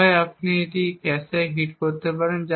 হয় আপনি একটি ক্যাশে হিট পেতে পারেন